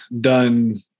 done